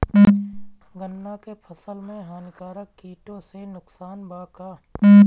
गन्ना के फसल मे हानिकारक किटो से नुकसान बा का?